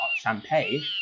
champagne